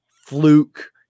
Fluke